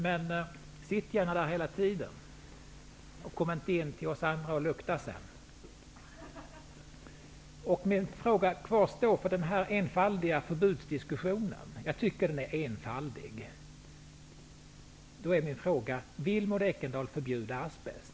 De kan gärna sitta där hela tiden och behöver inte komma in till oss andra och lukta. Min fråga kvarstår när det gäller denna enfaldiga förbudsdiskussion: Vill Maud Ekendahl förbjuda asbest?